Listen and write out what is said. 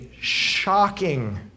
shocking